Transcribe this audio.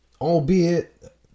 albeit